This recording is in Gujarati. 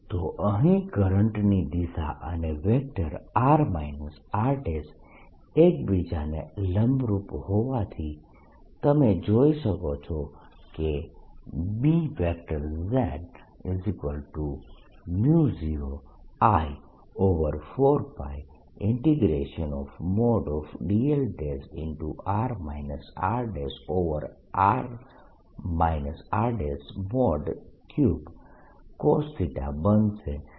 તો અહીં કરંટની દિશા અને વેક્ટર r r એકબીજાને લંબરૂપ હોવાથી તમે જોઈ શકો છો કે z0I4πdl r rr r3 cos બનશે